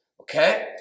Okay